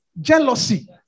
jealousy